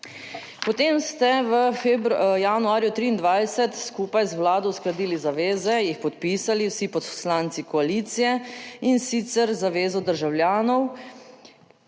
Potem ste v januarju 2023 skupaj z Vlado uskladili zaveze, jih podpisali vsi poslanci koalicije in sicer z zavezo državljanov,